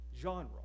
genre